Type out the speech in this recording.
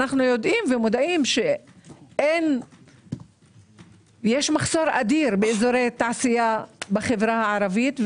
אנו יודעים ומודעים שיש מחסור אדיר באזורי תעשייה בחברה הערבית,